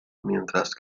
mientras